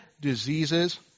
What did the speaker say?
diseases